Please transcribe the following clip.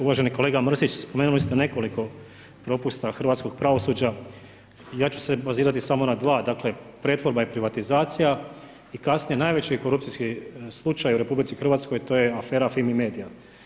Uvaženi kolega Mrsić, spomenuli ste nekoliko propusta hrvatskog pravosuđa, ja ću se bazirati samo na 2, dakle, pretvorba i privatizacija i kasnije najveći korupcijski slučaj u RH, to je FIMA MEDIJA.